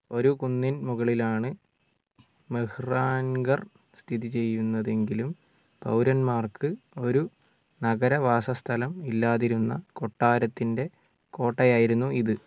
ഒരു കുന്നിൻ മുകളിലാണ് മെഹ്റാൻഗർ സ്ഥിതി ചെയ്യുന്നതെങ്കിലും പൌരന്മാർക്ക് ഒരു നഗര വാസസ്ഥലം ഇല്ലാതിരുന്ന കൊട്ടാരത്തിന്റെ കോട്ടയായിരുന്നു ഇത്